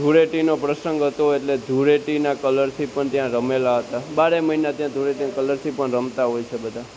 ધૂળેટીનો પ્રસંગ હતો એટલે ધૂળેટીના કલરથી પણ ત્યાં રમેલા હતા બારે મહિના ત્યાં ધૂળેટીના કલરથી પણ રમતા હોય છે બધા